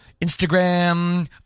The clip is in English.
Instagram